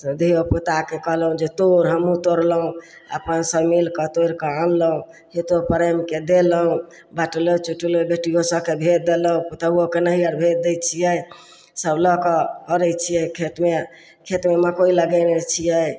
धियो पूताके कहलहुँ जे तोड़ हमहुँ तोड़लहुँ अपन सब मिलके तोड़िके अनलहुँ हितो प्रेमके देलहुँ बाँटलहुँ चोटलहुँ बेटियो सबके भेज देलहुँ पुतोहूके नैहर भेज दै छियै सब लअ कऽ करय छियै खेतमे खेतमे मकइ लगेने छियै